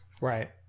Right